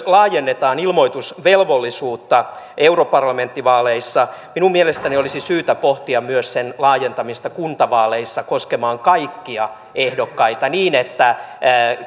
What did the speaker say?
laajennetaan ilmoitusvelvollisuutta europarlamenttivaaleissa minun mielestäni olisi syytä pohtia myös sen laajentamista kuntavaaleissa koskemaan kaikkia ehdokkaita niin että